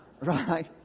Right